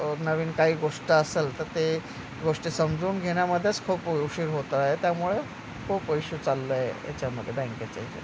नवीन काही गोष्ट असेल तर ते गोष्टी समजून घेण्यामध्येच खूप उ उशीर होत आहे त्यामुळे खूप पैशू चाललं आहे याच्यामध्ये बँकेच्या याच्या